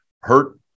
hurt